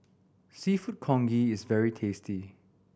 Seafood Congee is very tasty